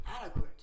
adequate